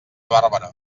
bàrbara